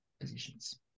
positions